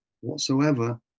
whatsoever